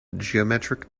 geometric